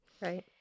Right